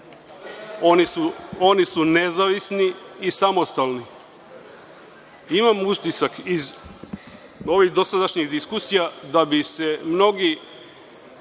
oni su nezavisni i samostalni. Imam utisak, iz ovih dosadašnjih diskusija, da bi se mnogi